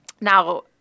Now